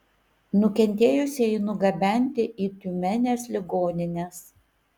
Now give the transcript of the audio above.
nukentėjusieji nugabenti į tiumenės ligonines